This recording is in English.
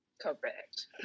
Correct